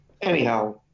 anyhow